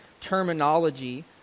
terminology